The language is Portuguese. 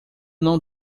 não